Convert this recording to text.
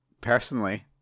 personally